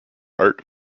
art